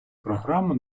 програму